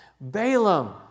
Balaam